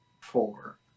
four